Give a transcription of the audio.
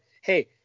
hey